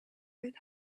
with